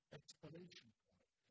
explanation